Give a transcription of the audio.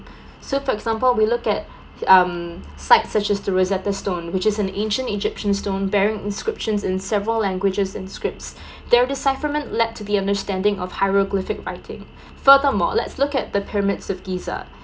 so for example we look at um site such as the rosetta stone which is an ancient egyptian stone bearing inscriptions in several languages and scripts their decipherment let to the understanding of pyrography writing further more let's look at the pyramid of giza